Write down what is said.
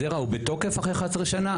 הזרע הוא בתוקף אחרי 11 שנה?